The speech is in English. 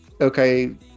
Okay